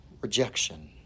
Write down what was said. rejection